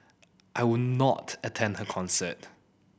I would not attend her concert